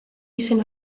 izen